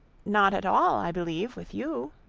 not at all, i believe, with you.